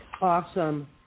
Awesome